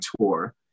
tour